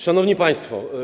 Szanowni Państwo!